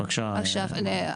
בבקשה, מרינה.